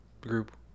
group